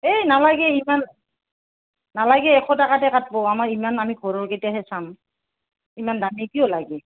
এই নালাগে ইমান নালাগে এশ টকাতে কাটিব আমাৰ ইমান আমি ঘৰৰকেইটাইহে চাম ইমান দামী কিয় লাগে